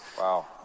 Wow